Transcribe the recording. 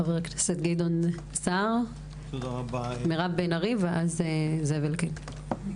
חבר הכנסת גדעון סער, מירב בן ארי ואז זאב אלקין.